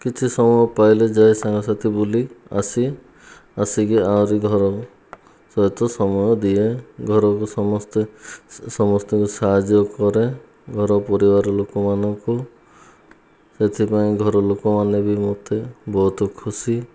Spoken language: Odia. କିଛି ସମୟ ପାଇଲେ ଯାଏ ସାଙ୍ଗସାଥି ବୁଲି ଆସି ଆସିକି ଆହୁରି ଘର ସହିତ ସମୟ ଦିଏ ଘରକୁ ସମସ୍ତେ ସମସ୍ତଙ୍କୁ ସାହାଯ୍ୟ କରେ ଘର ପରିବାର ଲୋକ ମାନଙ୍କୁ ସେଥିପାଇଁ ଘରଲୋକ ମାନେ ବି ମୋତେ ବହୁତ ଖୁସି